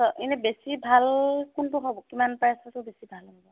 এনেই বেছি ভাল কোনটো হ'ব কিমান প্ৰাইছৰটো বেছি ভাল হ'ব